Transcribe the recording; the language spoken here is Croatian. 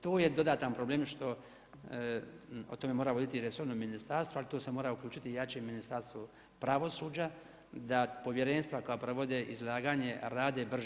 Tu je dodatan problem što o tome mora voditi resorno ministarstvo, ali tu se mora uključiti jače Ministarstvo pravosuđa, da povjerenstva koja provode izlaganje rade brže.